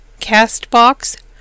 CastBox